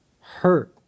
hurt